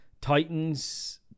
titans